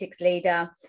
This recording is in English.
leader